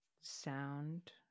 sound